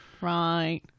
Right